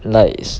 like